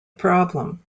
problem